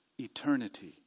eternity